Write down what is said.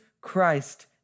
Christ